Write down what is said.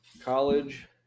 College